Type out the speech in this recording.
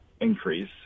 increase